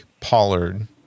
Pollard